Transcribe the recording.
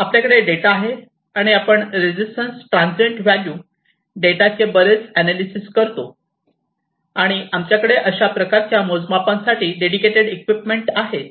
आपल्याकडे डेटा आहे आणि आपण रेजिस्टन्स ट्रांसीएंट व्हॅल्यू डेटाचे बरेच अनालिसेस करतो आणि आमच्याकडे अशा प्रकारच्या मोजमापांसाठी डेडिकेटेड इक्विपमेंट आहेत